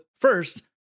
first